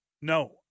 no